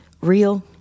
real